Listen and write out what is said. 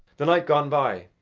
the night gone by.